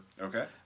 Okay